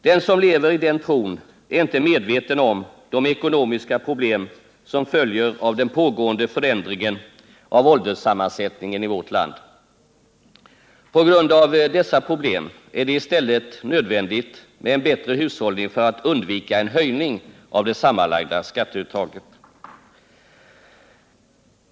Den som lever i den tron är inte medveten om de ekonomiska problem som följer av den pågående förändringen av ålderssammansättningen i vårt land. På grund av dessa problem är det i stället nödvändigt med en bättre hushållning för att undvika en höjning av det sammanlagda skatteuttaget.